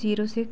zero six